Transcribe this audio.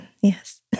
Yes